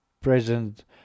present